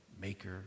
maker